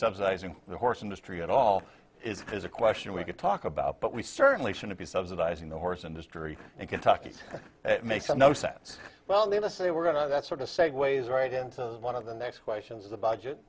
subsidizing the horse industry at all is a question we could talk about but we certainly shouldn't be subsidizing the horse industry in kentucky it makes no sense well they will say we're going to that's sort of segues right into one of the next questions the budget